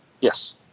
Yes